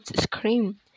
scream